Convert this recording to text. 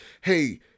hey